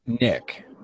Nick